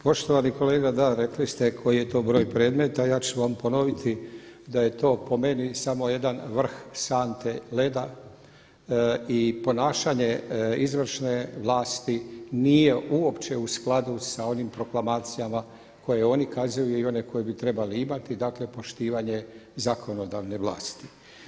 Poštovani kolega da rekli ste koji je to broj predmeta, ja ću vam ponoviti da je to po meni samo jedan vrh sante leda i ponašanje izvršne vlasti nije uopće u skladu sa onim proklamacijama koje oni kazuju i one koje bi trebali imati dakle poštivanje zakonodavne vlasti.